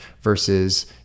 versus